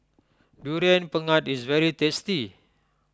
Durian Pengat is very tasty